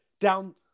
down